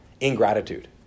Ingratitude